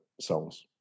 songs